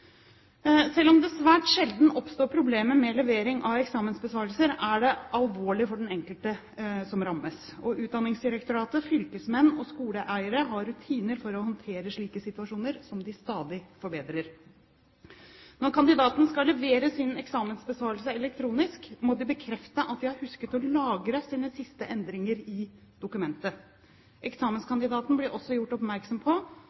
Selv om det svært sjelden oppstår problemer med levering av eksamensbesvarelser, er det alvorlig for den enkelte som rammes. Utdanningsdirektoratet, fylkesmenn og skoleeiere har rutiner for å håndtere slike situasjoner, som de